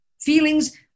Feelings